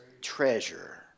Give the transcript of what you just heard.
treasure